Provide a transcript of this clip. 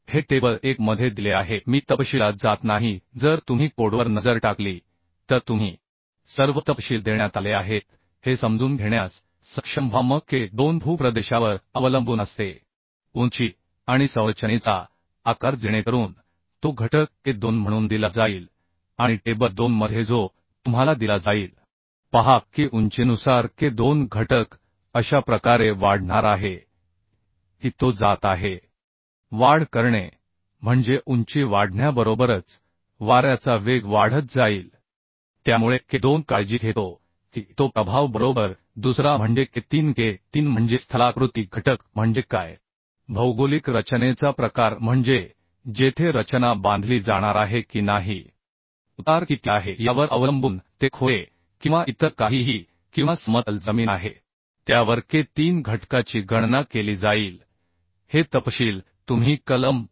हे टेबल 1 मध्ये दिले आहे मी तपशीलात जात नाही जर तुम्ही कोडवर नजर टाकली तर तुम्ही सर्व तपशील देण्यात आले आहेत हे समजून घेण्यास सक्षम व्हा मग k2 भूप्रदेशावर अवलंबून असते उंची आणि संरचनेचा आकार जेणेकरून तो घटक k2 म्हणून दिला जाईल आणि टेबल 2 मध्ये जो तुम्हाला दिला जाईल येथे पहा की उंचीनुसार k2 घटक अशा प्रकारे वाढणार आहे की तो जात आहे वाढ करणे म्हणजे उंची वाढण्याबरोबरच वाऱ्याचा वेग वाढत जाईल त्यामुळे k2 काळजी घेतो की तो प्रभाव बरोबर दुसरा म्हणजे k3 k3 म्हणजे स्थलाकृति घटक म्हणजे काय भौगोलिक रचनेचा प्रकार म्हणजे जेथे रचना बांधली जाणार आहे की नाही उतार किती आहे यावर अवलंबून ते खोरे किंवा इतर काहीही किंवा समतल जमीन आहे त्यावर k3 घटकाची गणना केली जाईल हे तपशील तुम्ही कलम 5